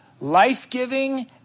life-giving